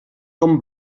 com